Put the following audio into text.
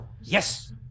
Yes